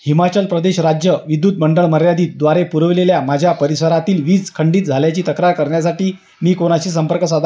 हिमाचल प्रदेश राज्य विद्युत मंडळ मर्यादितद्वारे पुरविलेल्या माझ्या परिसरातील वीज खंडित झाल्याची तक्रार करण्यासाठी मी कोणाशी संपर्क साधा